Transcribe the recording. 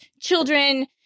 children